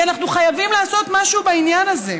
כי אנחנו חייבים לעשות משהו בעניין הזה.